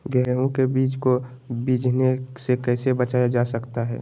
गेंहू के बीज को बिझने से कैसे बचाया जा सकता है?